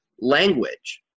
language